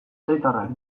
herritarrak